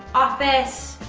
office,